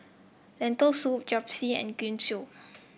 Lentil Soup Japchae and Gyoza